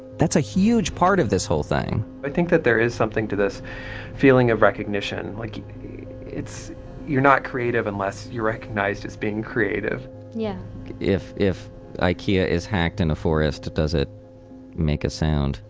that's a huge part of this whole thing i think that there is something to this feeling of recognition. like it's you're not creative unless you're recognized as being creative yeah if if ikea is hacked in a forest, does it make a sound?